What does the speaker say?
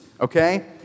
okay